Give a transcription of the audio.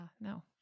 no